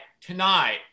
tonight